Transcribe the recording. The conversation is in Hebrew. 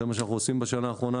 זה מה שאנחנו עושים בשנה האחרונה,